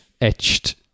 etched